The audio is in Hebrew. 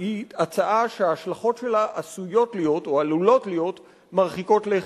היא הצעה שההשלכות שלה עשויות להיות או עלולות להיות מרחיקות לכת.